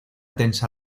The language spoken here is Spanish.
tensa